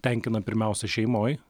tenkina pirmiausia šeimoj